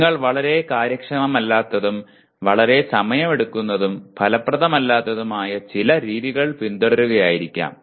നിങ്ങൾ വളരെ കാര്യക്ഷമമല്ലാത്തതും വളരെ സമയമെടുക്കുന്നതും ഫലപ്രദമല്ലാത്തതുമായ ചില രീതികൾ പിന്തുടരുകയായിരിക്കാം